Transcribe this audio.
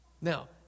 Now